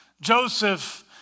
Joseph